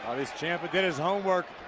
ah this champion did his homework.